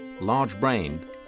large-brained